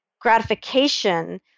gratification